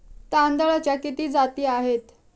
तांदळाच्या किती जाती आहेत?